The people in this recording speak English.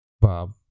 Bob